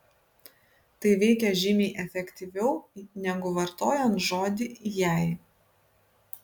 tai veikia žymiai efektyviau negu vartojant žodį jei